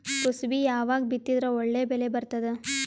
ಕುಸಬಿ ಯಾವಾಗ ಬಿತ್ತಿದರ ಒಳ್ಳೆ ಬೆಲೆ ಬರತದ?